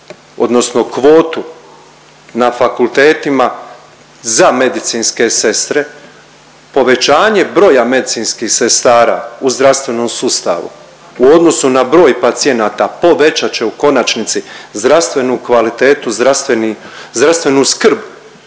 odnosno kvotu na fakultetima za medicinske sestre, povećanje broja medicinskih sestara u zdravstvenom sustavu u odnosu na broj pacijenata povećat će u konačnici zdravstvenu kvalitetu, zdravstvenu skrb